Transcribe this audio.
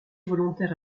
volontaire